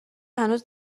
هنوز